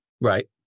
Right